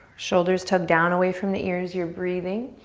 shoulders tugged down away from the ears. you're breathing,